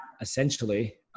essentially